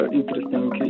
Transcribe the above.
interesting